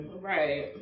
Right